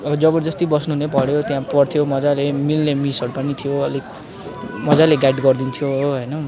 अब जबरजस्ती बस्नु नै पऱ्यो त्यहाँ पढ्थ्यो मज्जाले मिल्ने मिसहरू पनि थियो अलिक मज्जाले गाइड गरिदिन्थ्यो होइन